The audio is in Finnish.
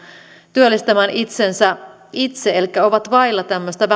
työllistämään itsensä itse elikkä ovat vailla